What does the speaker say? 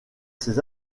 ses